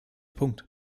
punkt